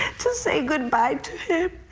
to say goodbye to him.